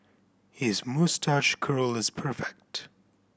his moustache curl is perfect